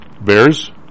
Bears